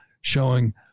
showing